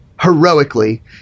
heroically